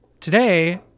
today